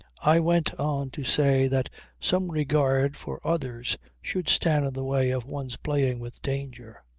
i went on to say that some regard for others should stand in the way of one's playing with danger.